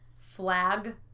flag